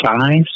size